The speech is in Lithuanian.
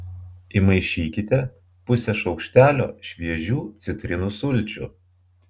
įmaišykite pusę šaukštelio šviežių citrinų sulčių